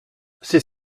c’est